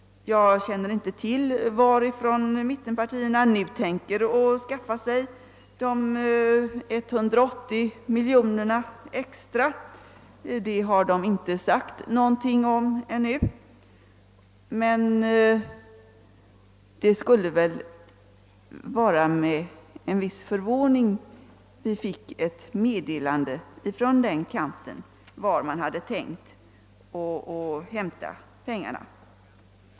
Jag känner inte till, varifrån mittenpartierna nu tänker skaffa sig dessa extra 180 miljoner kronor — det har ännu inte uppgivits — men vi emotser naturligtvis med spänning ett sådant besked.